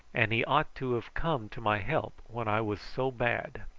and he ought to have come to my help when i was so bad.